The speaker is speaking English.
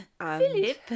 Philip